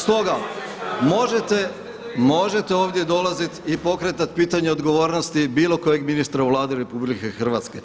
Stoga možete ovdje dolaziti i pokretat pitanje odgovornosti bilo kojeg ministra u Vladi RH.